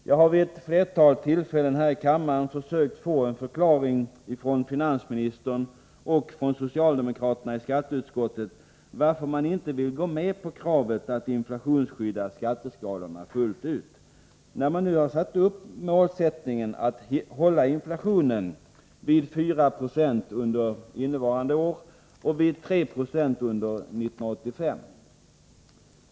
Jag har vid ett flertal tillfällen här i kammaren försökt få en förklaring från finansministern och socialdemokraterna i skatteutskottet till att man inte vill gå med på kravet att inflationsskydda skatteskalorna fullt ut, när man nu har satt upp målsättningen att hålla inflationen vid 4 96 under innevarande år och vid 3 20 under 1985.